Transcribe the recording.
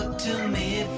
to me.